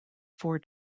four